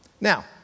Now